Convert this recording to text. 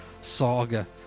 saga